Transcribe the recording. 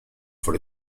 for